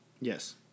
Yes